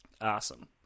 awesome